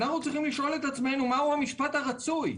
אנו צריכים לשאול עצמנו, מה המשפט הרצוי.